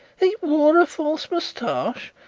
he wore a false moustache!